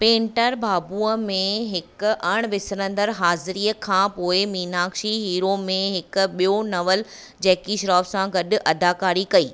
painter बाबूअ में हिक अणविसरंदड़ु हाज़िरीअ खां पोइ मीनाक्षी हीरो में हिक बि॒यो नवलु जैकी श्रॉफ़ सां गॾु अदाकारी कई